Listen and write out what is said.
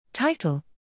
Title